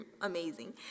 amazing